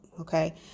okay